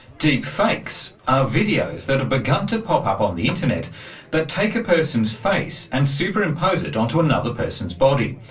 deep fakes are videos that have begun to pop up on the internet that take a person's face and superimpose it onto another person's body.